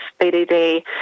BDD